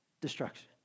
destruction